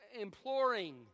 imploring